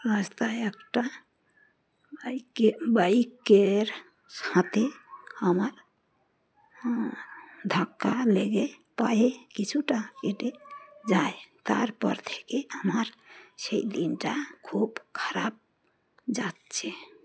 রাস্তায় একটা বাইকে বাইকের সাথে আমার ধাক্কা লেগে পায়ে কিছুটা কেটে যায় তারপর থেকে আমার সেই দিনটা খুব খারাপ যাচ্ছে